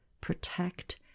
protect